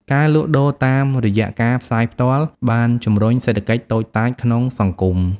ការលក់ដូរតាមរយៈការផ្សាយផ្ទាល់បានជំរុញសេដ្ឋកិច្ចតូចតាចក្នុងសង្គម។